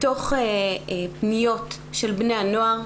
בתוך פניות של בני הנוער,